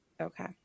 Okay